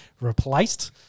replaced